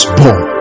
born